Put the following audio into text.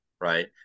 right